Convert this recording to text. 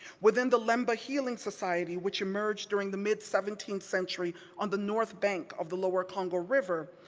within the lemba healing society, which emerged during the mid seventeenth century on the north bank of the lower congo river,